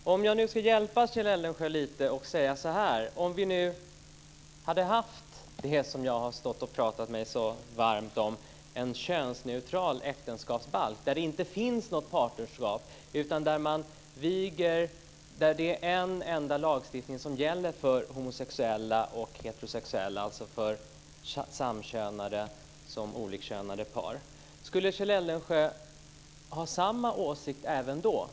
Låt mig hjälpa Kjell Eldensjö lite och säga så här: Om vi hade haft det som jag har pratat mig så varm för, nämligen en könsneutral äktenskapsbalk där det inte finns något partnerskap, utan där en enda lagstiftning gäller för homosexuella och heterosexuella, dvs. både för samkönande och olikkönade par, skulle Kjell Eldensjö ha samma åsikt även då?